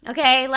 Okay